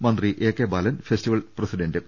മന്ത്രി A K Balan festival പ്രസിഡന്റും